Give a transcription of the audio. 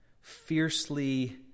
fiercely